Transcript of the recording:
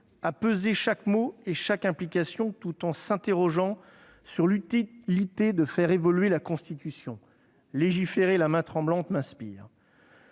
à peser chaque mot et chaque implication, tout en s'interrogeant sur l'utilité de faire évoluer la Constitution. Légiférer la main tremblante m'inspire.